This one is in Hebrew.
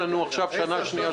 עשר שנות